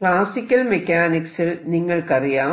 classical മെക്കാനിക്സിൽ നിങ്ങൾക്കറിയാം